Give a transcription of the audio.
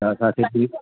त असांखे जे